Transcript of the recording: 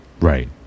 right